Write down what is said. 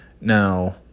Now